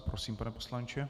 Prosím, pane poslanče.